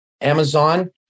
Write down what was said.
Amazon